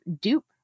dupe